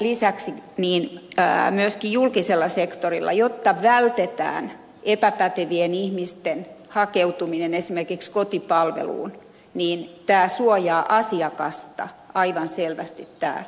lisäksi myöskin julkisella sektorilla jotta vältetään epäpätevien ihmisten hakeutuminen esimerkiksi kotipalveluun tämä kyseinen rekisteröinti suojaa asiakasta aivan selvästi